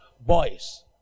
boys